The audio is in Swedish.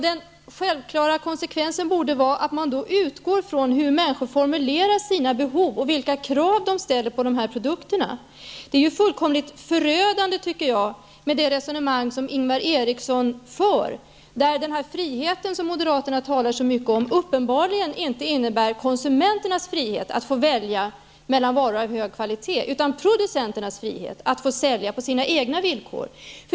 Den självklara konsekvensen borde då vara att man utgår från hur människor formulerar sina behov och vilka krav de ställer på dessa produkter. Det är fullkomligt förödande med det resonemang som Ingvar Eriksson för. Den frihet som moderaterna talar så mycket om innebär uppenbarligen inte konsumenternas frihet att få välja mellan varor av hög kvalitet, utan producenternas frihet att få sälja på sina egna villkor.